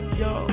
yo